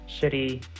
shitty